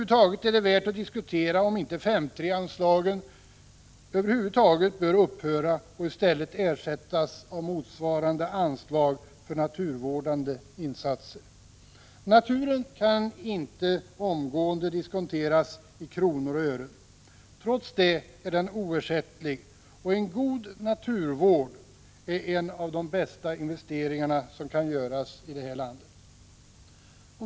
Det är värt att diskutera om inte 5:3-anslagen över huvud taget bör upphöra och i stället ersättas av motsvarande anslag för naturvårdande insatser. Naturen kan inte omgående diskonteras i kronor och ören. Trots det är den oersättlig, och en god naturvård är en av de bästa investeringar som kan göras här i landet.